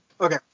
okay